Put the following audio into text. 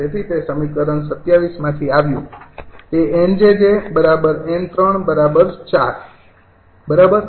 તેથી તે સમીકરણ ૨૭માથી આવ્યું તે 𝑁𝑗𝑗 𝑁૩ ૪ બરાબર